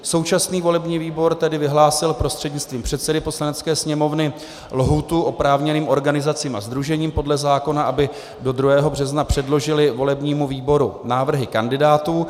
Současný volební výbor tedy vyhlásil prostřednictvím předsedy Poslanecké sněmovny lhůtu oprávněným organizacím a sdružením podle zákona, aby do 2. března předložily volebnímu výboru návrhy kandidátů.